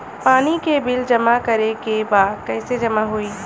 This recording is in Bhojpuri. पानी के बिल जमा करे के बा कैसे जमा होई?